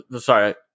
Sorry